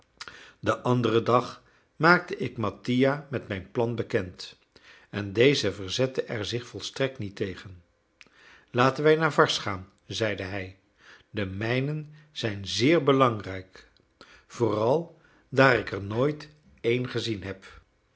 den anderen dag maakte ik mattia met mijn plan bekend en deze verzette er zich volstrekt niet tegen laten wij naar varses gaan zeide hij de mijnen zijn zeer belangrijk vooral daar ik er nooit een gezien heb